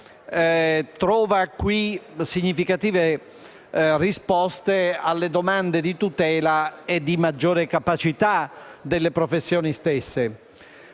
trova qui significative risposte alle domande di tutela e di maggiore capacità delle professioni stesse.